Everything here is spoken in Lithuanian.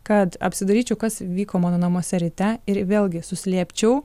kad apsidairyčiau kas vyko mano namuose ryte ir vėlgi suslėpčiau